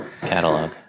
catalog